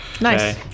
Nice